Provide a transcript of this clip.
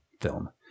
film